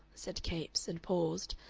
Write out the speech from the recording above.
said capes, and paused,